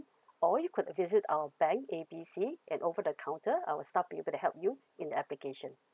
or you could visit our bank A B C at over the counter our staff will be able to help you in application